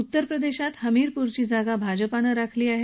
उत्तर प्रदेशात हमिरपूरची जागा भाजपानं राखली आहे